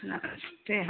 नमस्ते